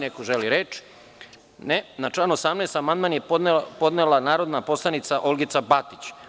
Da li neko želi reč? (Ne) Na član 18. amandman je podnela narodna poslanica Olgica Batić.